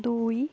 ଦୁଇ